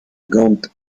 gand